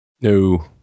No